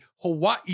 Hawaii